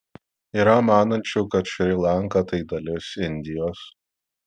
yra manančių kad šri lanka tai dalis indijos